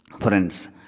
Friends